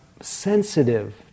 sensitive